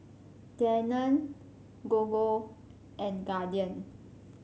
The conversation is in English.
Danone Gogo and Guardian